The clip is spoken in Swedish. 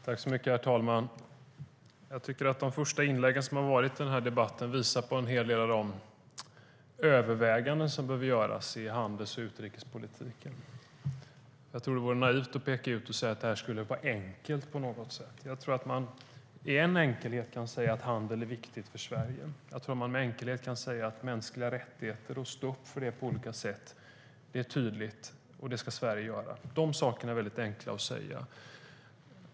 Herr talman! Jag tycker att de inlägg som har varit i den här debatten visar på en hel del av de överväganden som behöver göras i handels och utrikespolitiken. Jag tror att det vore naivt att peka ut och säga att detta skulle vara enkelt på något sätt. Jag tror att man enkelt kan säga att handel är viktigt för Sverige och att man enkelt kan säga att mänskliga rättigheter och att stå upp för dem på olika sätt är något som Sverige tydligt ska göra. Detta är väldigt enkelt att säga.